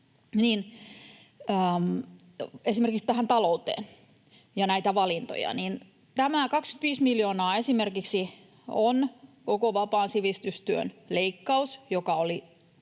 kaikkien valintojen takana, näitä valintoja, niin 25 miljoonaa on esimerkiksi koko vapaan sivistystyön leikkaus,